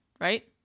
Right